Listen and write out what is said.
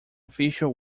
official